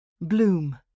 Bloom